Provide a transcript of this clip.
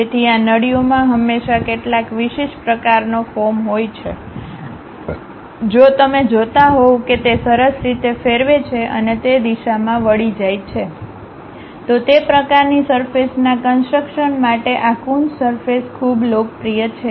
તેથી આ નળીઓમાં હંમેશાં કેટલાક વિશેષ પ્રકારનો ફોર્મ હોય છે જો તમે જોતા હોવ કે તે સરસ રીતે ફેરવે છે અને તે દિશામાં વળી જાય છે તો તે પ્રકારની સરફેસના કન્સટ્રક્શન માટે આ કુન્સ સરફેસ ખૂબ લોકપ્રિય છે